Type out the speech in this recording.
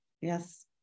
Yes